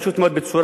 פשוט מאוד בצורה,